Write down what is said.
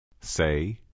Say